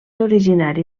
originari